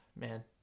man